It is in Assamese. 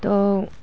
তো